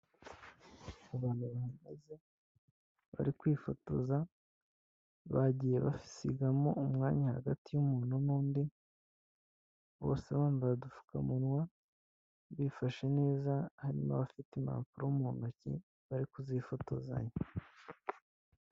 Abantu bahagaze bari kwifotoza bagiye basigamo umwanya hagati y'umuntu n'undi, bose bambaye udupfukamunwa bifashe neza, harimo abafite impapuro mu ntoki bari kuzifotozanya.